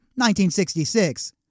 1966